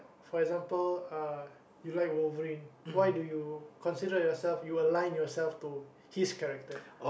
for example uh you like wolverine why do you consider yourself you align yourself to his character